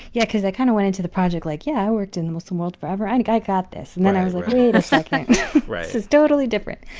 yeah, cause i kind of went into the project like, yeah, i worked in the muslim world forever i like i got this. and then i was like, wait a second right this is totally different.